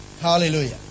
Hallelujah